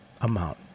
amount